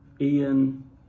Ian